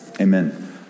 Amen